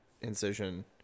incision